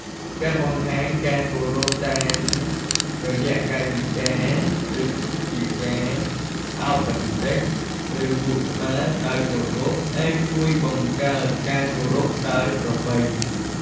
ការបង្ហាញការគោរពតាមរយៈកាយវិការ ដូចជាការ ឱនបន្តិច ឬងក់ក្បាលដោយគោរព អាចជួយបង្កើតការគោរពដោយប្រពៃ។